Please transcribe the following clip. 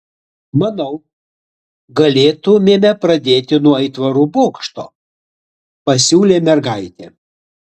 manau galėtumėme pradėti nuo aitvarų bokšto pasiūlė mergaitė